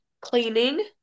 cleaning